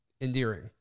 endearing